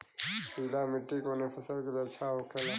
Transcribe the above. पीला मिट्टी कोने फसल के लिए अच्छा होखे ला?